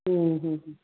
ਹੂੰ ਹੂੰ ਹੂੰ